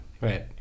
Right